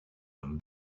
them